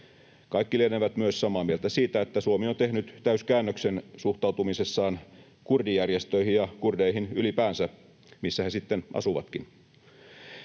Kaikki lienevät myös samaa mieltä siitä, että Suomi on tehnyt täyskäännöksen suhtautumisessaan kurdijärjestöihin ja kurdeihin ylipäänsä, missä he sitten asuvatkin.